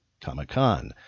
Comic-Con